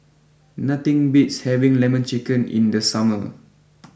nothing beats having Lemon Chicken in the summer